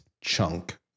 chunk